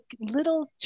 little